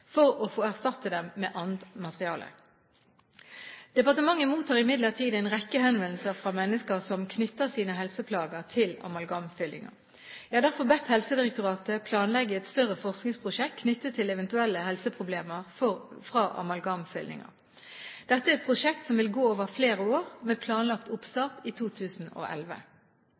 for å erstatte dem med et annet materiale. Departementet mottar imidlertid en rekke henvendelser fra mennesker som knytter sine helseplager til amalgamfyllinger. Jeg har derfor bedt Helsedirektoratet planlegge et større forskningsprosjekt knyttet til eventuelle helseproblemer på grunn av amalgamfyllinger. Dette er et prosjekt som vil gå over flere år med planlagt oppstart i 2011.